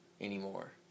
anymore